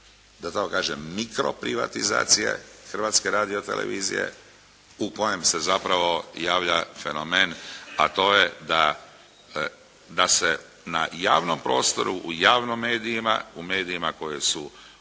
da tako kažem mikroprivatizacije Hrvatske radiotelevizije u kojem se zapravo javlja fenomen a to je da, da se na javnom prostoru, u javnim medijima, u medijima koji su u,